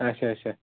اچھا اچھا